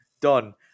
done